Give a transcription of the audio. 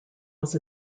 was